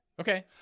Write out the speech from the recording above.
okay